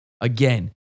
Again